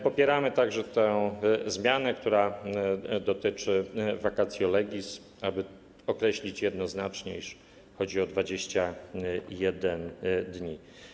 Popieramy też tę zmianę, która dotyczy vacatio legis, tak aby określić jednoznacznie, iż chodzi o 21 dni.